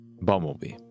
Bumblebee